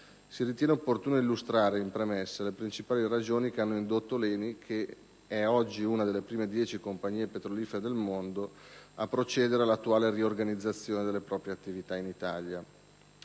Si ritiene opportuno illustrare, in premessa, le principali ragioni che hanno indotto l'ENI, che oggi è una delle prime 10 compagnie petrolifere del mondo, a procedere all'attuale riorganizzazione delle proprie attività in Italia.